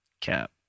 Cap